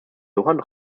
johann